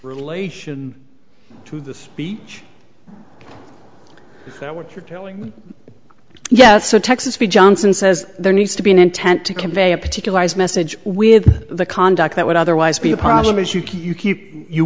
relation to the speech that what you're telling me yes so texas b johnson says there needs to be an intent to convey a particular message we have the conduct that would otherwise be a problem as you keep you keep you